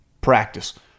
practice